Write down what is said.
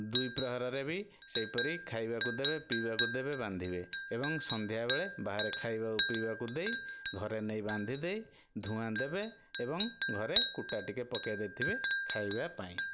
ଦ୍ୱିପ୍ରହରରେ ବି ସେହିପରି ଖାଇବାକୁ ଦେବେ ପିଇବାକୁ ଦେବେ ବାନ୍ଧିବେ ଏବଂ ସନ୍ଧ୍ୟାବେଳେ ବାହାରେ ଖାଇବାକୁ ପିଇବାକୁ ଦେଇ ଘରେ ନେଇ ବାନ୍ଧି ଦେଇ ଧୂଆଁ ଦେବେ ଏବଂ ଘରେ କୂଟା ଟିକେ ପକାଇ ଦେଇଥିବେ ଖାଇବା ପାଇଁ